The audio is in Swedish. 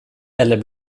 eller